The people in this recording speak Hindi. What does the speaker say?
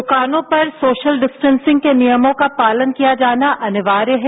दुकानों पर सोशल डिस्टेंसिग के नियमों का पालन किया जाना अनिवार्य है